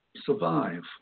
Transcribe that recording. survive